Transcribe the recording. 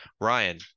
Ryan